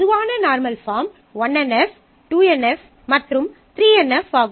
பொதுவான normal form 1 NF 2 NF மற்றும் 3 NF ஆகும்